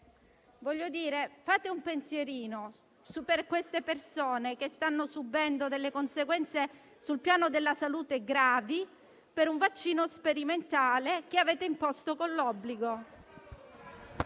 umano, fate un pensierino su queste persone che stanno subendo delle conseguenze gravi sul piano della salute per un vaccino sperimentale che avete imposto con l'obbligo.